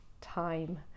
time